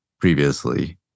previously